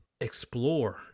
explore